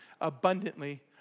abundantly